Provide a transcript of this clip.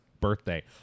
birthday